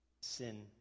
sin